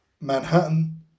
Manhattan